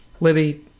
Libby